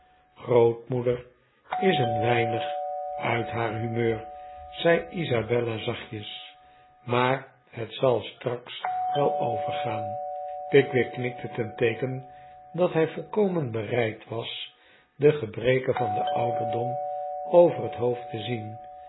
grootmoeder is een weinig uit haar humeur zei isabella zachtjes maar het zal straks wel overgaan pickwick knikte ten teeken dat hij volkomen bereid was de gebreken van den ouderdom over het hoofd te zien